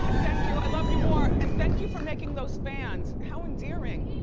thank you. i love you more and thank you for making those fans. how endearing?